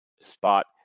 spot